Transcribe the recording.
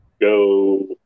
Go